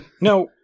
No